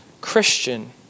Christian